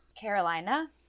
Carolina